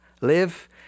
live